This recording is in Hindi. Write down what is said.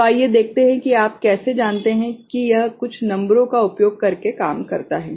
तो आइए देखें कि आप कैसे जानते हैं कि यह कुछ नंबरों का उपयोग करके काम करता है